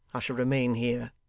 i shall remain here